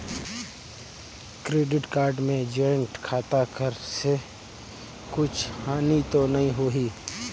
Credit card मे joint खाता कर से कुछ हानि तो नइ होही?